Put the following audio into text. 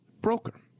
broker